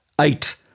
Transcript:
eight